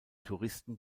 touristen